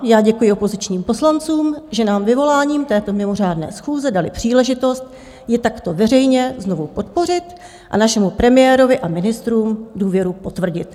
Já děkuji opozičním poslancům, že nám vyvoláním této mimořádné schůze dali příležitost ji takto veřejně znovu podpořit a našemu premiérovi a ministrům důvěru potvrdit.